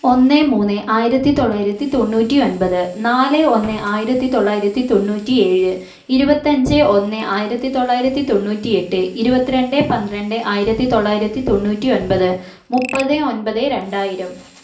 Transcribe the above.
ഒന്ന് മൂന്ന് ആയിരത്തി തൊള്ളായിരത്തി തൊണ്ണൂറ്റി ഒൻപത് നാല് ഒന്ന് ആയിരത്തി തൊള്ളായിരത്തി തൊണ്ണൂറ്റി ഏഴ് ഇരുപത്തഞ്ച് ഒന്ന് ആയിരത്തി തൊള്ളായിരത്തി തൊണ്ണൂറ്റി എട്ട് ഇരുപത്തിരണ്ട് പന്ത്രണ്ട് ആയിരത്തി തൊള്ളായിരത്തി തൊണ്ണൂറ്റി ഒൻപത് മുപ്പത് ഒൻപത് രണ്ടായിരം